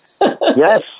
Yes